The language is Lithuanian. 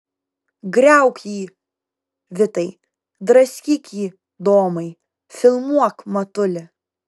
griauk jį vitai draskyk jį domai filmuok matuli